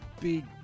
big